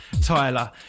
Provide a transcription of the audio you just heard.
tyler